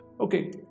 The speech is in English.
Okay